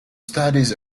studies